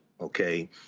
okay